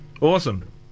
Awesome